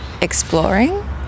exploring